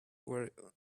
were